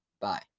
Bye